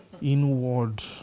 inward